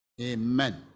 Amen